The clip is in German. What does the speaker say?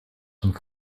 seinem